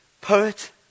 poet